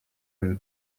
une